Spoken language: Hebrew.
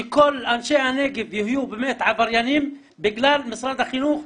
שכל אנשי הנגב יהיו באמת עבריינים בגלל משרד החינוך.